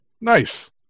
Nice